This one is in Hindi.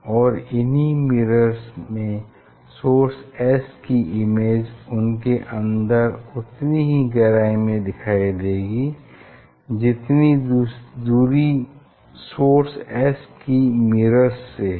और इन्हीं मिरर्स में सोर्स S की इमेज उनके अंदर उतनी ही गहराई में दिखाई देगी जितनी दूरी सोर्स S की मिरर्स से है